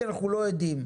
כי אנחנו לא יודעים.